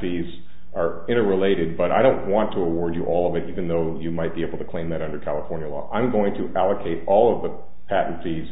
fees are interrelated but i don't want to award you all of it even though you might be able to claim that under california law i'm going to allocate all of the patent fees